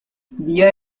día